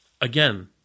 again